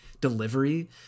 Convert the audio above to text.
delivery